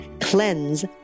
CLEANSE